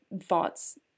thoughts